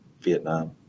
Vietnam